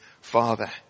Father